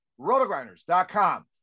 rotogrinders.com